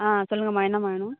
ஆ சொல்லுங்கம்மா என்னம்மா வேணும்